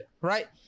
right